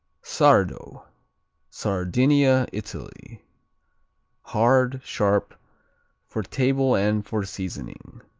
sardo sardinia, italy hard sharp for table and for seasoning.